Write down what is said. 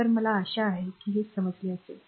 तर मला आशा आहे की हे समजले असेल